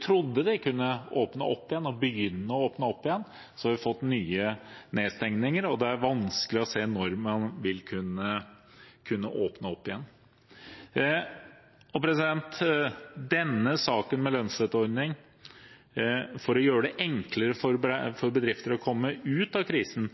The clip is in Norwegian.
trodde de kunne begynne å åpne opp igjen, fikk vi nye nedstengninger, og det er vanskelig å se når man vil kunne åpne opp igjen. Denne saken, om lønnsstøtteordning for å gjøre det enklere for bedrifter å komme ut av krisen,